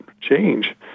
change